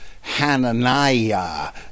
Hananiah